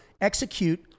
Execute